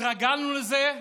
התרגלנו לזה,